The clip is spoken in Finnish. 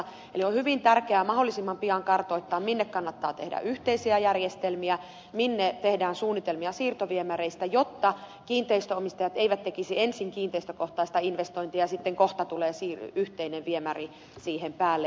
eli on hyvin tärkeää mahdollisimman pian kartoittaa minne kannattaa tehdä yhteisiä järjestelmiä minne tehdään suunnitelmia siirtoviemäreistä jotta kiinteistönomistajat eivät tekisi ensin kiinteistökohtaista investointia ja sitten kohta tulisi yhteinen viemäri siihen päälle